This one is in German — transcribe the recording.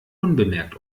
unbemerkt